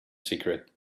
secret